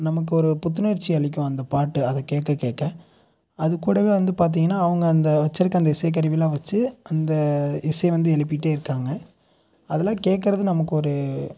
நமக்கு ஒரு புத்துணர்ச்சி அளிக்கும் அந்த பாட்டு அதை கேட்க கேட்க அது கூடவே வந்து பார்த்தீங்கன்னா அவங்க அந்த வச்சிருக்க அந்த இசைக் கருவி எல்லாம் வச்சு அந்த இசை வந்து எழுப்பிட்டு இருக்காங்க அதெல்லாம் கேட்கறது நமக்கு ஒரு